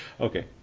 Okay